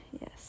Yes